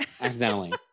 Accidentally